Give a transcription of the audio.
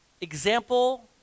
example